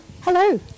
Hello